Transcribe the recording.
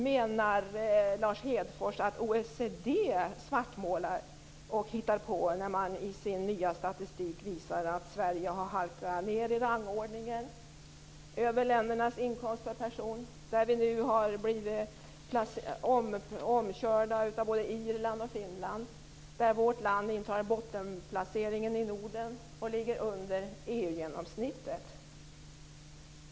Menar Lars Hedfors att OECD svartmålar och hittar på när man i sin nya statistik visar att Sverige har halkat ned i rangordningen över ländernas inkomst per person? Där har vi nu blivit omkörda av både Irland och Finland. Vårt land intar bottenplaceringen i Norden och ligger under EU-genomsnittet.